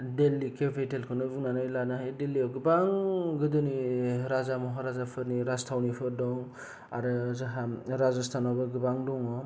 दिल्ली केपिटेलखौनो बुंनानै लानो हायो दिल्लीआव गोबां गोदोनि राजा महाराजा फोरनि राजथावनिफोर दं आरो जाहा राजस्थानावबो गोबां दङ